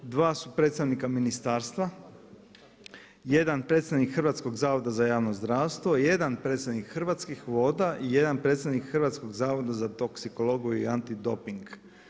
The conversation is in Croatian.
Dva su predstavnika ministarstva, 1 predstavnik Hrvatskog zavoda za javno zdravstvo, 1 predstavnik Hrvatskih voda i 1 predstavnik Hrvatskog zavoda za toksikologiju i antidoping.